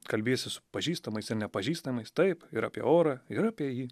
kalbiesi su pažįstamais ir nepažįstamais taip ir apie orą ir apie jį